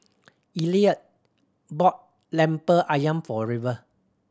Elliot bought Lemper Ayam for River